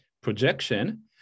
projection